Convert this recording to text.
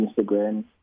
Instagram